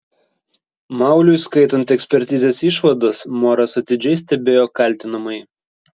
mauliui skaitant ekspertizės išvadas moras atidžiai stebėjo kaltinamąjį